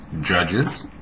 judges